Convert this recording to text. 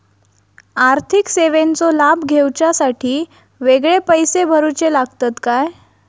आर्थिक सेवेंचो लाभ घेवच्यासाठी वेगळे पैसे भरुचे लागतत काय?